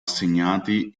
assegnati